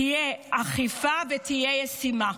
תהיה אכיפה ותהיה ישימה.